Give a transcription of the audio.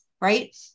Right